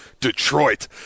Detroit